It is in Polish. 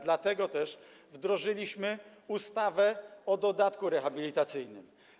Dlatego też wdrożyliśmy ustawę o dodatku rehabilitacyjnym.